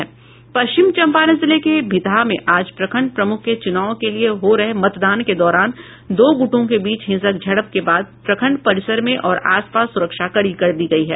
पश्चिम चंपारण जिले के भितहा में आज प्रखंड प्रमुख के चुनाव के लिए हो रहे मतदान के दौरान दो गुटों के बीच हिंसक झड़प के बाद प्रखंड परिसर में और आसपास सुरक्षा कड़ी कर दी गयी है